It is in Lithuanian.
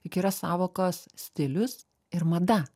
juk yra sąvokos stilius ir mada